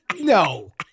no